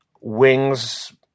wings